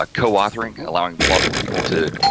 ah co-authoring, allowing multiple people to,